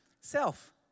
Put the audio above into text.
Self